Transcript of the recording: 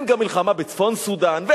אין מלחמה גם בצפון-סודן,